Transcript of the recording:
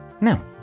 Now